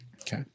Okay